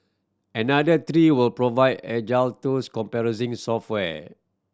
another three will provide agile tools comprising software